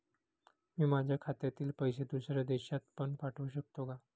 मी माझ्या खात्यातील पैसे दुसऱ्या देशात पण पाठवू शकतो का?